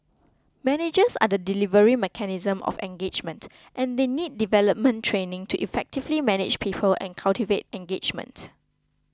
managers are the delivery mechanism of engagement and they need development training to effectively manage people and cultivate engagement